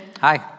hi